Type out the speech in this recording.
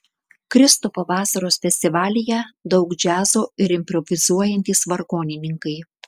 kristupo vasaros festivalyje daug džiazo ir improvizuojantys vargonininkai